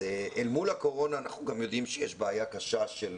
אז אל מול הקורונה אנחנו גם יודעים שיש בעיה קשה של